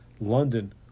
London